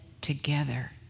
together